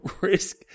Risk